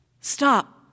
Stop